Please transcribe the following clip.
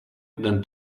than